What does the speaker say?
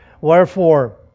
Wherefore